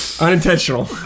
Unintentional